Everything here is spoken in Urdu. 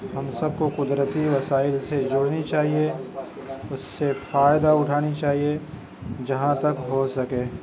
ہم سب کو قدرتی وسائل سے جوڑنی چاہیے اس سے فائدہ اٹھانی چاہیے جہاں تک ہو سکے